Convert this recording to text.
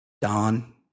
don